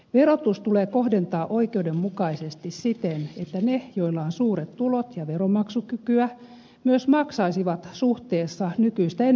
verotus tulee kohdentaa oikeudenmukaisesti siten että ne joilla on suuret tulot ja veronmaksukykyä myös maksaisivat suhteessa nykyistä enemmän veroja